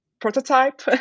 prototype